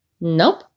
Nope